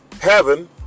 Heaven